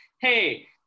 hey